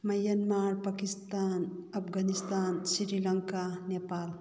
Myanmar Pakistan Afghanistan siri Lanka Nepal